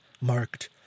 marked